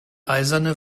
eisene